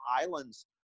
islands